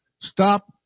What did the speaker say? Stop